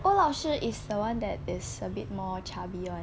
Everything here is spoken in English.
郭老师 is the one that is a bit more chubby [one]